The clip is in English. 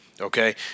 Okay